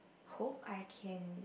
hope I can